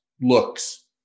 looks